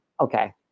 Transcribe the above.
okay